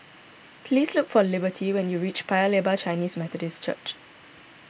please look for Liberty when you reach Paya Lebar Chinese Methodist Church